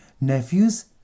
nephews